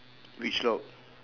which lock